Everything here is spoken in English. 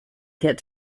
kit